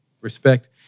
respect